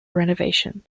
renovation